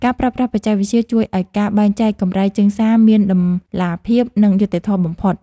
ការប្រើប្រាស់បច្ចេកវិទ្យាជួយឱ្យការបែងចែកកម្រៃជើងសារមានតម្លាភាព និងយុត្តិធម៌បំផុត។